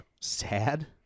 sad